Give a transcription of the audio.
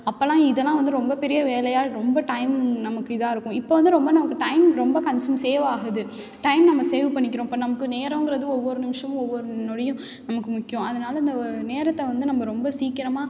அப்போல்லாம் இதெல்லாம் வந்து ரொம்பப் பெரிய வேலையாக ரொம்ப டைம் நமக்கு இதாக இருக்கும் இப்போ வந்து ரொம்ப நமக்கு டைம் ரொம்ப கன்ஸ்யூம் சேவ் ஆகுது டைம் நம்ம சேவ் பண்ணிக்கிறோம் இப்போ நமக்கு நேரங்கிறது ஒவ்வொரு நிமிஷமும் ஒவ்வொரு நொடியும் நமக்கு முக்கியம் அதனால் இந்த நேரத்தை வந்து நம்ம ரொம்ப சீக்கிரமாக